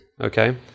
okay